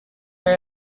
are